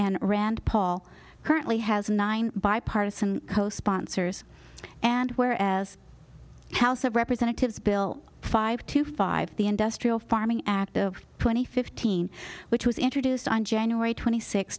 and rand paul currently has nine bipartisan co sponsors and where as house of representatives bill five to five the industrial farming act of twenty fifteen which was introduced on january twenty six